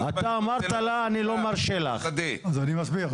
תודה רבה.